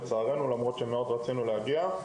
למרות שמאוד רצינו להגיע.